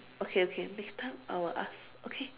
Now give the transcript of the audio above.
okay okay next time I will ask okay